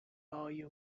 volume